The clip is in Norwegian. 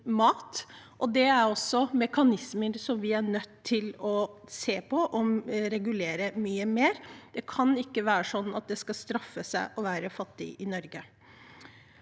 Det er også mekanismer vi er nødt til å se på og regulere mye mer. Det kan ikke være sånn at det skal straffe seg å være fattig i Norge.